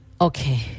Okay